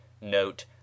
note